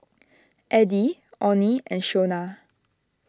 Addie Onnie and Shonna